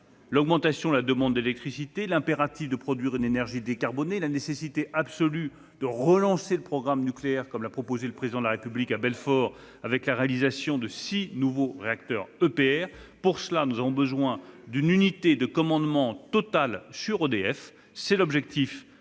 : augmentation de la demande d'électricité, impératif de produire une énergie décarbonée, nécessité absolue de relancer le programme nucléaire ; le Président de la République a proposé à Belfort la construction de six nouveaux réacteurs EPR. Pour cela, nous avons besoin d'une unité de commandement totale sur EDF. Tel est l'objectif